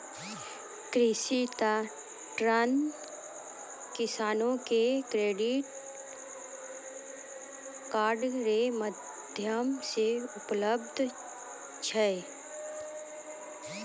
कृषि ऋण किसानो के क्रेडिट कार्ड रो माध्यम से उपलब्ध छै